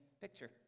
picture